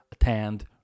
attend